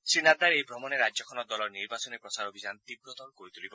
শ্ৰী নাড্ডাৰ এই ভ্ৰমণে ৰাজ্যখনত দলৰ নিৰ্বাচনী প্ৰচাৰ অভিযান তীৱতৰ কৰি তুলিব